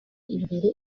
imbere